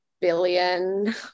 billion